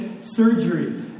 surgery